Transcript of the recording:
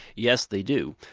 yes they do.